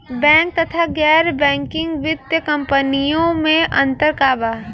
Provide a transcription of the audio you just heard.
Bank तथा गैर banking वित्तीय कम्पनीयो मे अन्तर का बा?